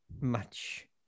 match